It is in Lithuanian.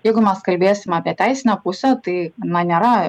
jeigu mes kalbėsim apie teisinę pusę tai na nėra